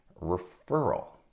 referral